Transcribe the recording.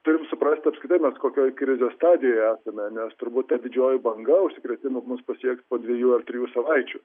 turim suprasti apskritai mes kokioj krizės stadijoj esame nes turbūt ta didžioji banga užsikrėtimų mus pasieks po dviejų ar trijų savaičių